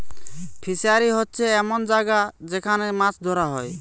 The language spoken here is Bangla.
ফিসারী হোচ্ছে এমন জাগা যেখান মাছ ধোরা হয়